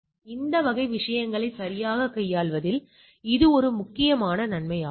பெறப்பட்டவை ≠ எதிர்பார்க்கப்பட்டவை இது மாற்று கருதுகோள்